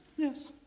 Yes